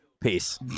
Peace